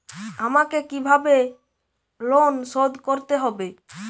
আমাকে কিভাবে লোন শোধ করতে হবে?